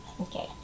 Okay